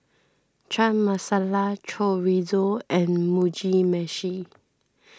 Chana Masala Chorizo and Mugi Meshi